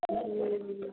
ह्म्म